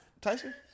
Tyson